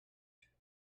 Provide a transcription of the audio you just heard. cute